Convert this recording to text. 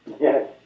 Yes